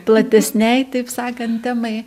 platesnei taip sakant temai